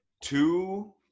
two